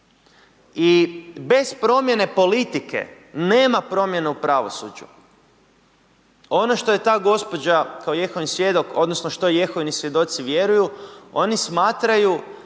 I bez promjene politike nema promjenu u pravosuđu. Ono što je ta gospođa, kao Jehovin svjedok, odnosno što Jehovini svjedoci vjeruju, oni smatraju